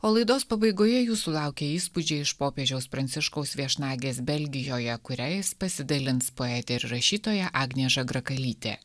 o laidos pabaigoje jūsų laukia įspūdžiai iš popiežiaus pranciškaus viešnagės belgijoje kuriais pasidalins poetė ir rašytoja agnė žagrakalytė